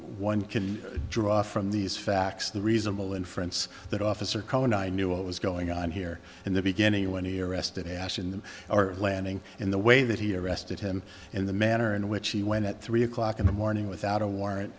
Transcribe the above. one can draw from these facts the reasonable inference that officer cullen i knew what was going on here in the beginning when he arrested ass in the landing in the way that he arrested him in the manner in which he went at three o'clock in the morning without a warrant